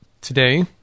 today